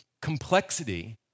complexity